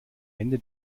ende